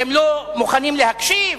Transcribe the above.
אתם לא מוכנים להקשיב?